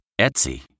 Etsy